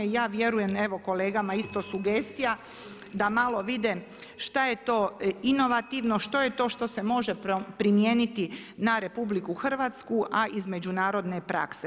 I ja vjerujem evo kolegama isto sugestija, da malo vide, šta je to inovativno, što je to što se može primijeniti na RH, a iz međunarodne prakse.